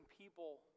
people